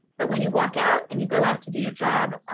but when you walk out and you go out to do your job,